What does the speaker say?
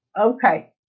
Okay